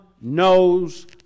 knows